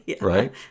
Right